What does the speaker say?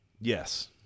Yes